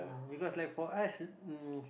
because like for us mm